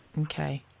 Okay